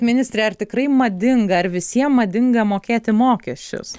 ministre ar tikrai madinga ar visiem madinga mokėti mokesčius